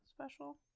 special